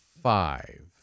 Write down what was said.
five